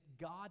God